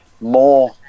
more